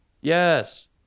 Yes